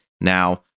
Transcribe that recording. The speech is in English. Now